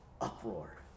uproar